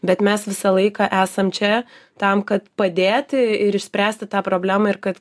bet mes visą laiką esam čia tam kad padėti ir išspręsti tą problemą ir kad